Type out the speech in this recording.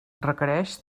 requereix